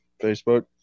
Facebook